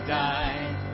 died